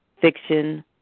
fiction